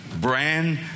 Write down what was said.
brand